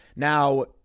Now